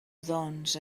doncs